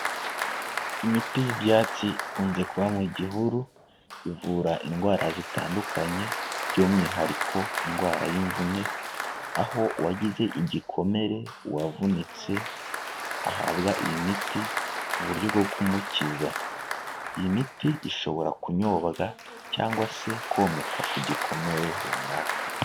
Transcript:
Imiti y'ibyatsi ikunze kuba mu gihuru, ivura indwara zitandukanye by'umwihariko indwara y'imvune, aho uwagize igikomere, uwavunitse ahabwa iyi miti mu buryo bwo kumukiza, iyi miti ishobora kunyobwa cyangwa se komekwa ku gikomere runaka.